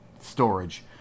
storage